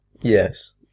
Yes